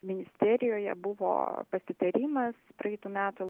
ministerijoje buvo pasitarimas praeitų metų